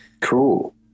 Cool